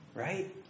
Right